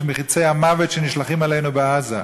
מחצי המוות שנשלחים אלינו מעזה,